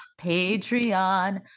Patreon